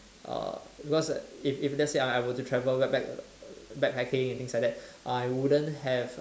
uh what's that if if let say I I were to travel backpack backpacking and things like that I wouldn't have